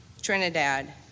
Trinidad